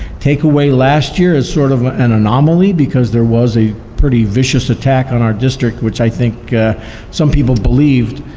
take away last year as sort of an anomaly because there was a pretty vicious attack on our district which i think some people believed,